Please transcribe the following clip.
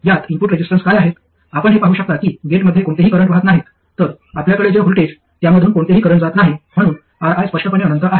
यात input resistance काय आहेत आपण हे पाहू शकता की गेटमध्ये कोणतेही करंट वाहात नाहीत तर आपल्याकडे जे व्होल्टेज त्यामधून कोणतेही करंट जात नाही म्हणून Ri स्पष्टपणे अनंत आहे